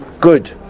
good